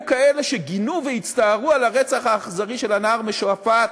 כאלה שגינו והצטערו על הרצח האכזרי של הנער משועפאט,